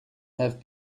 have